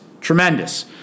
Tremendous